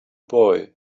boy